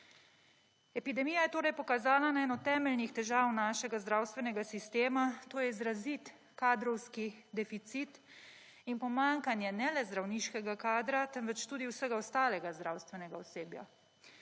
Epidemija je torej pokazala na eno temeljnih težav našega zdravstvenega sistema, to je izrazit kadrovski deficit in pomanjkanje ne le zdravniškega kadra, temveč tudi vse ostalega zdravstvenega osebja